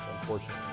unfortunately